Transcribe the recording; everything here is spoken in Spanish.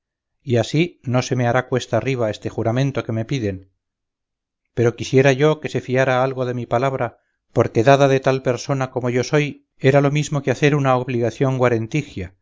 y así no se me hará cuesta arriba este juramento que me piden pero quisiera yo que se fiara algo de mi palabra porque dada de tal persona como yo soy era lo mismo que hacer una obligación guarentigia y